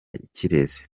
ikirezi